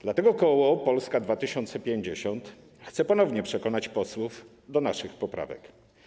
Dlatego koło Polska 2050 chce ponownie przekonać posłów do naszych poprawek.